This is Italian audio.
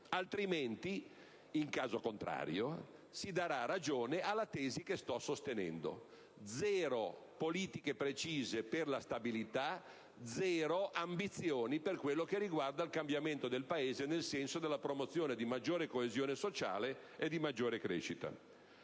altrimenti, in caso contrario, si darà ragione alla tesi che sto sostenendo: zero politiche precisa e per la stabilità zero ambizioni per quanto riguarda il cambiamento del Paese nel senso della promozione di maggiore coesione sociale e di maggiore crescita.